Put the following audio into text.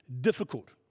difficult